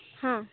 ହଁ